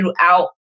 throughout